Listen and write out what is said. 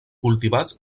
cultivats